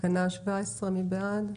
תקנה 17, מי בעד?